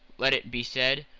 let it be said,